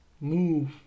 move